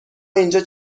اینجا